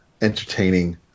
entertaining